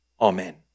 Amen